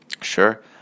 Sure